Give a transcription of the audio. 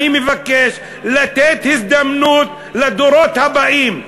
אני מבקש לתת הזדמנות לדורות הבאים,